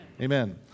Amen